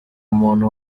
umuntu